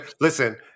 listen